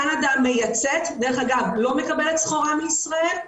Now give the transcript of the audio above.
קנדה מייצאת, דרך אגב, לא מקבלת סחורה מישראל,